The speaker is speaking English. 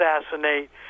assassinate